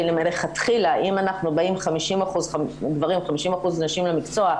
מלכתחילה אם אנחנו באים 50% גברים ו-50% נשים למקצוע,